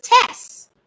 tests